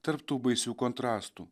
tarp tų baisių kontrastų